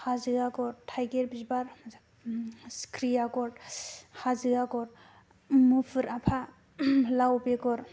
हाजो आगर थाइगिर बिबार सिख्रि आगर हाजो आगर मुफुर आफा लाव बेगर